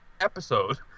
episode